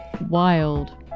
Wild